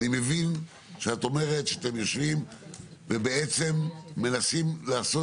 אני מבין שאת אומרת שאתם יושבים ובעצם מנסים לעשות